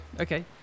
Okay